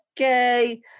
okay